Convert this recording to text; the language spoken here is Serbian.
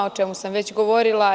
O tome sam već govorila.